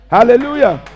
Hallelujah